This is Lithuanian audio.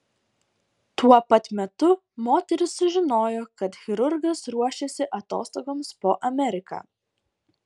tuo pat metu moteris sužinojo kad chirurgas ruošiasi atostogoms po ameriką